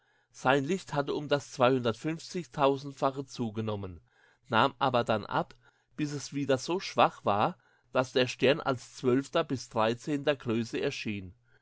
sein licht hatte um das fache zugenommen nahm aber dann ab bis es wieder so schwach war daß der stern als zwölfter bis dreizehnter größe erschien